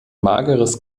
mageres